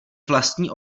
vlastní